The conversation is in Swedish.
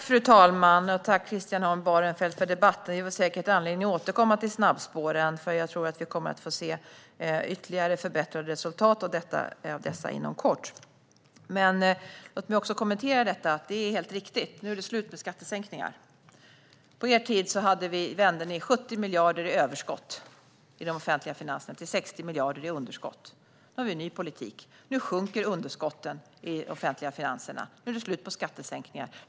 Fru talman! Tack, Christian Holm Barenfeld, för debatten! Vi får säkert anledning att återkomma till snabbspåren, för jag tror att vi kommer att få se ytterligare förbättrade resultat av dessa inom kort. Låt mig också kommentera detta med jobbskatteavdragen. Det är helt riktigt: Nu är det slut med skattesänkningar. På er tid vände ni 70 miljarder i överskott i de offentliga finanserna till 60 miljarder i underskott. Nu har vi en ny politik. Nu sjunker underskotten i de offentliga finanserna. Nu är det slut med skattesänkningar.